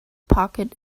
pocket